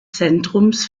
zentrums